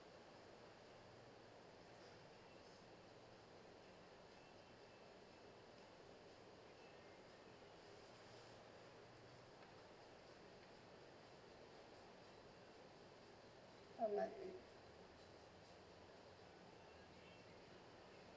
on monthly